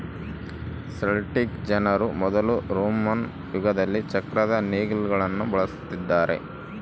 Celtic ಜನರು ಮೊದಲು Roman ಯುಗದಲ್ಲಿ ಚಕ್ರದ ನೇಗಿಲುಗುಳ್ನ ಬಳಸಿದ್ದಾರೆ